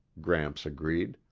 gramps agreed.